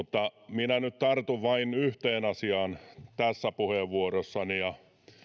minä nyt tartun vain yhteen asiaan tässä puheenvuorossani kun